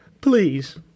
Please